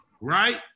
right